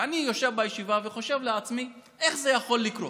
ואני יושב בישיבה וחושב לעצמי: איך זה יכול לקרות,